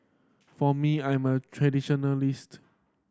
for me I'm a traditionalist